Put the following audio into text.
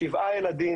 שבעה ילדים